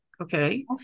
Okay